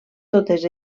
totes